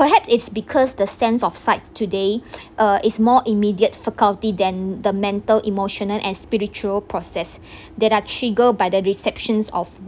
perhaps it's because the sense of sight today uh is more immediate faculty than the mental emotional and spiritual process that are triggered by the reception of